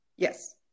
Yes